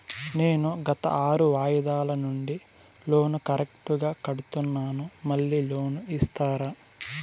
నేను గత ఆరు వాయిదాల నుండి లోను కరెక్టుగా కడ్తున్నాను, మళ్ళీ లోను ఇస్తారా?